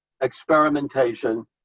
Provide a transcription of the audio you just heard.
experimentation